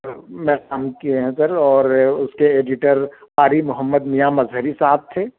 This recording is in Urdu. میں کام کیے ہیں سر اور اُس کے ایڈیٹر قاری محمد میاں مظہری صاحب تھے